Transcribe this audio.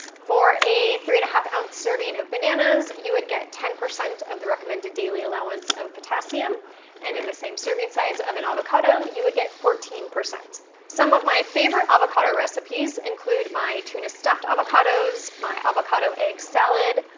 for a three and a half ounce serving of bananas, you would get ten percent of the recommended daily allowance of potassium and in the same serving size of an avocado, you would get fourteen. some of my favorite avocado recipes include my tuna stuffed avocados, my avocado egg salad,